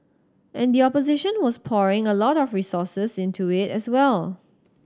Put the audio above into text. and the opposition was pouring a lot of resources into it as well